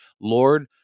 Lord